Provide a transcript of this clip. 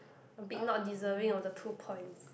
a bit not deserving of the two points